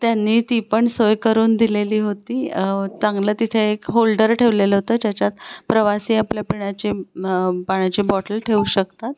त्यांनी ती पण सोय करून दिलेली होती चांगलं तिथे एक होल्डर ठेवलेलं होतं ज्याच्यात प्रवासी आपल्या पिण्याचे पाण्याची बॉटल ठेऊ शकतात